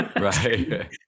right